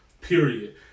period